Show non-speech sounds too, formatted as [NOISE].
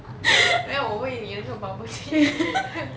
then 我喂你那个 bubble tea [LAUGHS]